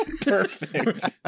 Perfect